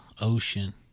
ocean